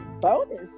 bonus